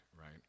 right